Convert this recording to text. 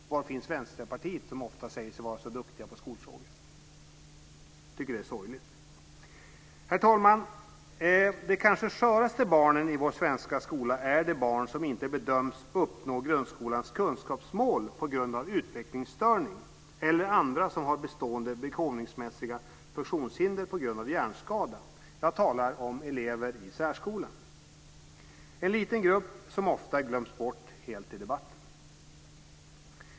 Var finns Vänsterpartiet, som ofta säger sig vara så duktigt på skolfrågor? Jag tycker att det är sorgligt. Herr talman! De kanske sköraste barnen i vår svenska skola är de barn som inte bedöms uppnå grundskolans kunskapsmål på grund av utvecklingsstörning och de andra barn som har bestående begåvningsmässiga funktionshinder på grund av hjärnskada. Jag talar om elever i särskolan. Det är en liten grupp som ofta glöms bort helt i debatten.